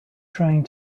trying